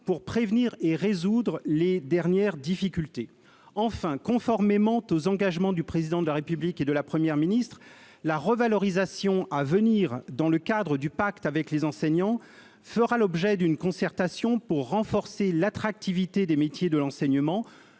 pour prévenir et résoudre les dernières difficultés. Enfin, conformément aux engagements du Président de la République et de la Première ministre, la revalorisation à venir dans le cadre du pacte avec les enseignants fera l'objet d'une concertation pour renforcer l'attractivité des métiers de l'enseignement,